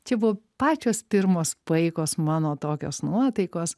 čia buvo pačios pirmos paikos mano tokios nuotaikos